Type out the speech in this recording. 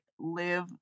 live